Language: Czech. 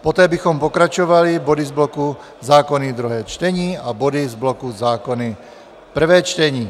Poté bychom pokračovali body z bloku zákony druhé čtení a body z bloku zákony prvé čtení.